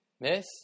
Miss